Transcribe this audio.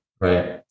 right